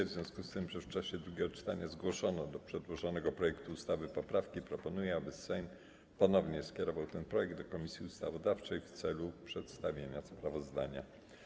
W związku z tym, że w czasie drugiego czytania zgłoszono do przedłożonego projektu ustawy poprawki, proponuję, aby Sejm ponownie skierował ten projekt do Komisji Ustawodawczej w celu przedstawienia sprawozdania.